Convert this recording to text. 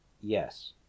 Yes